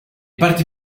parti